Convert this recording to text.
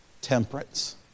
Temperance